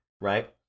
right